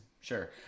sure